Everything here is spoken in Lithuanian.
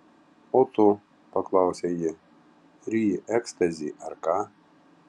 o tu paklausė ji ryji ekstazį ar ką